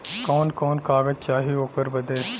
कवन कवन कागज चाही ओकर बदे?